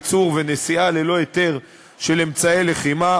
ייצור ונשיאה ללא היתר של אמצעי לחימה.